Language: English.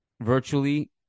virtually